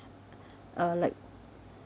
uh like